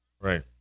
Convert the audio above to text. Right